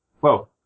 Whoa